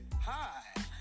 Hi